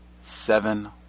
seven